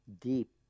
deep